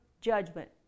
judgment